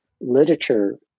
literature